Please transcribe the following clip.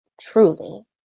truly